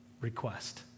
request